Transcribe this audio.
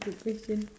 good question